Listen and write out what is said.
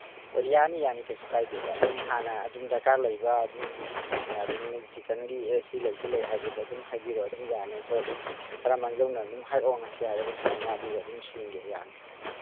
ꯑꯣ ꯌꯥꯅꯤ ꯌꯥꯅꯤ ꯀꯩꯁꯨ ꯀꯥꯏꯗꯦꯗ ꯑꯗꯨꯝ ꯍꯥꯟꯅ ꯑꯗꯨꯝ ꯗꯔꯀꯥꯔ ꯂꯩꯕ ꯑꯗꯨꯝ ꯑꯗꯨꯝ ꯆꯤꯛꯀꯟꯒꯤ ꯁꯤ ꯂꯩ ꯁꯤ ꯂꯩ ꯍꯥꯏꯕꯗꯨ ꯑꯗꯨꯝ ꯍꯥꯏꯕꯤꯔꯛꯑꯣ ꯑꯗꯨꯝ ꯌꯥꯅꯤ ꯑꯩꯈꯣꯏ ꯑꯗꯨꯝ ꯈꯔ ꯃꯥꯡꯖꯧꯅꯅ ꯑꯗꯨꯝ ꯍꯥꯏꯔꯛꯑꯣ ꯉꯁꯤ ꯍꯥꯏꯔꯤꯕ ꯁꯨꯃꯥꯏꯅ ꯑꯗꯨꯒ ꯑꯗꯨꯝ ꯁꯤꯟꯒꯦ ꯌꯥꯅꯤ